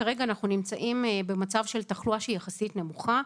כרגע אנחנו נמצאים במצב של תחלואה שהיא יחסית נמוכה.